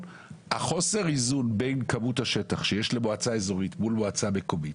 החוסר איזון בין כמות השטח שיש למועצה איזורית מול מועצה מקומית